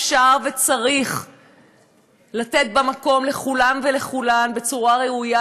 אפשר וצריך לתת בה מקום לכולם ולכולן בצורה ראויה,